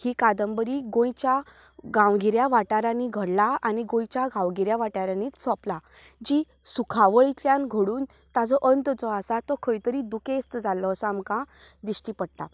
ही कादंबरी गोंयच्या गांवगिऱ्यां वाठारांनी घडला आनी गोंयच्या गांवगिऱ्यां वाठारांनीच सोंपल्या जी सुखावेळ इतल्यान घडून ताजो अंत जो आसा तो खंय तरी दुख्खेस्त जाल्लों असो आमकां दिश्टी पडता